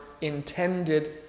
intended